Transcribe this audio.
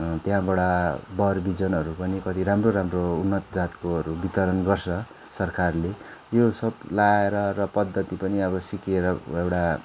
त्यहाँबाट बरबिजनहरू पनि कति राम्रो राम्रो उन्नत जातकोहरू वितरण गर्छ सरकारले यो सब लगाएर र पद्धति पनि अब सिकेर एउटा